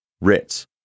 Ritz